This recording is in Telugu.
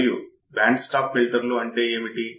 కాబట్టి ఇన్పుట్ ఆఫ్సెట్ వోల్టేజ్ అంటే ఏమిటి